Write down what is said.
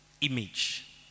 image